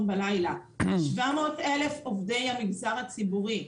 בלילה 700,000 עובדי המגזר הציבורי,